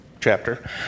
chapter